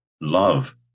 Love